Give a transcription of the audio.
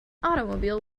automobile